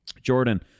Jordan